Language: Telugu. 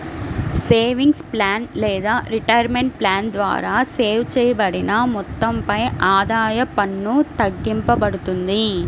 సేవింగ్స్ ప్లాన్ లేదా రిటైర్మెంట్ ప్లాన్ ద్వారా సేవ్ చేయబడిన మొత్తంపై ఆదాయ పన్ను తగ్గింపబడుతుంది